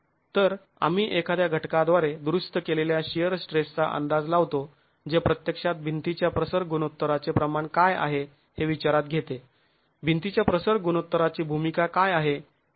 तर आम्ही एखाद्या घटकांद्वारे दुरुस्त केलेल्या शिअर स्ट्रेसचा अंदाज लावतो जे प्रत्यक्षात भिंतीच्या प्रसर गुणोत्तराचे प्रमाण काय आहे हे विचारात घेतो भिंतीच्या प्रसर गुणोत्तराची भूमीका काय आहे